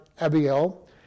Abiel